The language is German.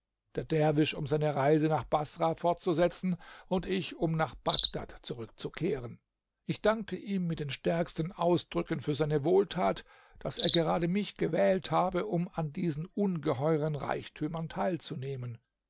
der derwisch um seine reise nach baßrah fortzusetzen ich um nach bagdad zurückzukehren ich dankte ihm mit den stärksten ausdrücken für seine wohltat daß er gerade mich gewählt habe um an diesen ungeheuren reichtümern teilzunehmen